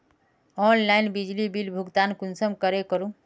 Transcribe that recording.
Online बिजली bill भुगतान कुंसम करे करूम?